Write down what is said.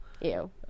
Ew